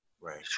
right